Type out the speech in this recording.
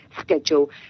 schedule